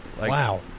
Wow